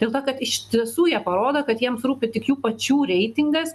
dėl to kad iš tiesų jie parodo kad jiems rūpi tik jų pačių reitingas